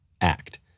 act